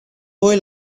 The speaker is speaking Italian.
voi